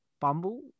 Bumble